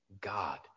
God